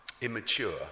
immature